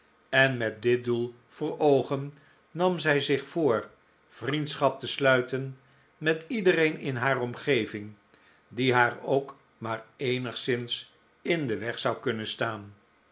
en met dit doel voor oogen nam zij zich voor vriendschap te sluiten met iedereen in haar omgeving die haar ook maar eenigszins in den weg zou kunnen staan